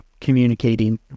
communicating